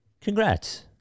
Congrats